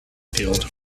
field